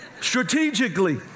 Strategically